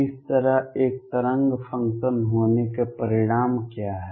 इस तरह एक तरंग फ़ंक्शन होने के परिणाम क्या हैं